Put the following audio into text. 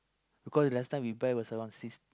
because last time we buy was around six